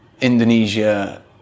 Indonesia